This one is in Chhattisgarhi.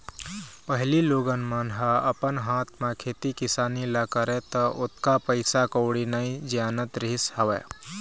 पहिली लोगन मन ह अपन हाथ म खेती किसानी ल करय त ओतका पइसा कउड़ी नइ जियानत रहिस हवय